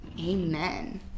Amen